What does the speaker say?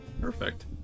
Perfect